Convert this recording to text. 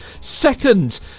second